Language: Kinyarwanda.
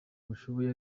bashoboye